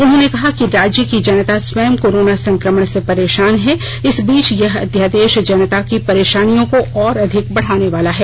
उन्होंने कहा कि राज्य की जनता स्वयं कोरोना संक्रमण से परेशान है इस बीच यह अध्यादेश जनता की परेशानियों को और अधिक बढ़ाने वाला है